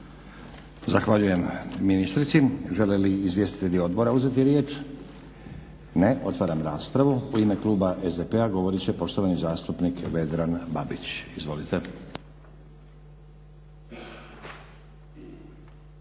Zahvaljujem ministrici. Žele li izvjestitelji odbora uzeti riječ? Ne. Otvaram raspravu. U ime Kluba SDP-a govoriti će poštovani zastupnik Vedran Babić. Izvolite.